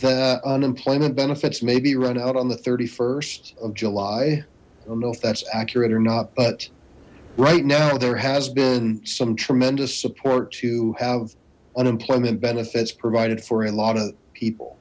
the unemployment benefits may be run out on the st of july i don't know if that's accurate or not but right now there has been some tremendous support to have unemployment benefits provided for a lot of people